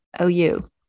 OU